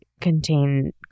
contain